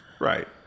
Right